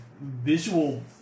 visual